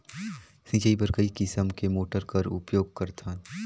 सिंचाई बर कई किसम के मोटर कर उपयोग करथन?